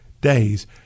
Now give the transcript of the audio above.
days